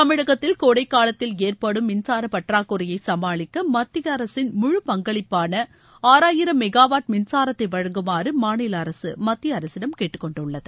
தமிழகத்தில் கோடைக்காலத்தில் ஏற்படும் மின்சாரப் பற்றாக்குறையை சுமாளிக்க மத்திய அரசின் முழு பங்களிப்பான ஆறாயிரம் மெகாவாட் மின்சாரத்தை வழங்குமாறு மாநில அரசு மத்திய அரசிடம் கேட்டுக் கொண்டுள்ளது